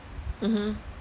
mmhmm